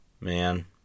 man